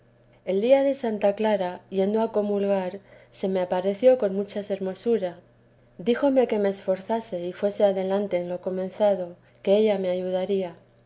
el día de santa clara yendo a comulgar se me apareció con mucha hermosura y díjome que me esforzase y fuese adelante en lo comenzado que ella me ayudaría